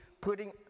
putting